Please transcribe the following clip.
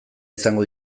izango